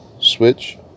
Switch